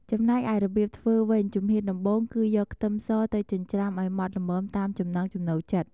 ចំណែកឯរបៀបធ្វើវិញ ជំហានដំបូង គឺ យកខ្ទឹមស ទៅចិញ្ច្រាំឱ្យម៉ដ្ឋល្មមតាមចំណង់ចំណូលចិត្ត។